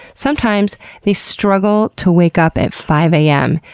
sometimes they struggle to wake up at five a m.